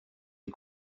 est